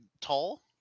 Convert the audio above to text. tall